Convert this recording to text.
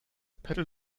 pedal